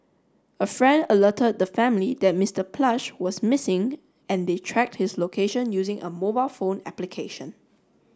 a friend alerted the family that Mister Plush was missing and they tracked his location using a mobile phone application